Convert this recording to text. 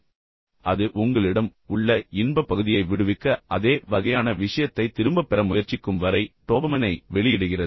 பின்னர் அது உங்களிடம் உள்ள இன்பப் பகுதியை விடுவிக்க அதே வகையான விஷயத்தைத் திரும்பப் பெற முயற்சிக்கும் வரை டோபமைனை வெளியிடுகிறது